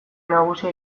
nagusia